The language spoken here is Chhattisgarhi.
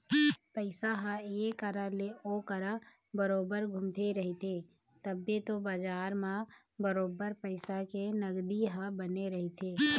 पइसा ह ऐ करा ले ओ करा बरोबर घुमते रहिथे तभे तो बजार म बरोबर पइसा के नगदी ह बने रहिथे